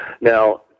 Now